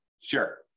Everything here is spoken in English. Sure